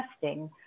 testing